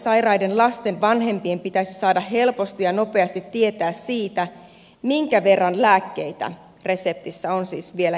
pitkäaikaissairaiden lasten vanhempien pitäisi saada helposti ja nopeasti tietää minkä verran lääkkeitä reseptissä on siis vielä jäljellä